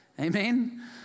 Amen